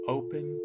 open